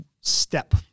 step